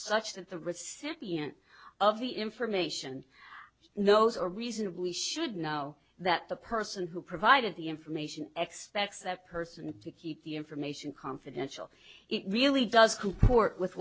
such that the recipient of the information knows or reasonably should know that the person who provided the information expects that person to keep the information confidential it really does comport with